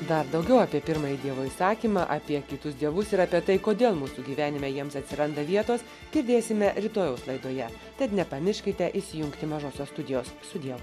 dar daugiau apie pirmąjį dievo įsakymą apie kitus dievus ir apie tai kodėl mūsų gyvenime jiems atsiranda vietos girdėsime rytojaus laidoje tad nepamirškite įsijungti mažosios studijos sudie